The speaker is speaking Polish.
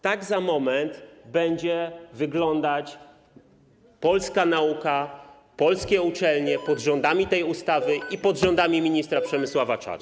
Tak za moment będzie wyglądać polska nauka, polskie uczelnie pod rządami tej ustawy i pod rządami ministra Przemysława Czarnka.